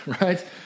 right